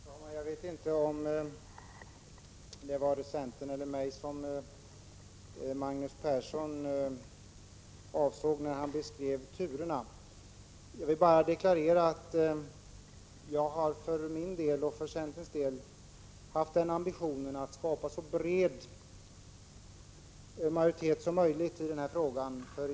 Herr talman! Jag vet inte om det var centern eller mig som Magnus Persson syftade på när han beskrev turerna. Jag vill bara deklarera att jag för min och för centerns del haft den ambitionen att skapa en så bred majoritet som möjligt i denna fråga.